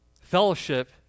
Fellowship